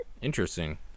interesting